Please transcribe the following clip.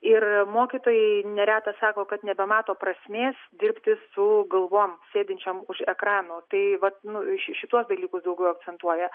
ir mokytojai neretas sako kad nebemato prasmės dirbti su galvom sėdinčiom už ekrano tai vat nu šituos dalykus daugiau akcentuoja